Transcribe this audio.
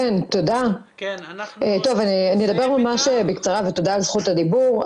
אני אדבר ממש בקצרה ותודה על זכות הדיבור.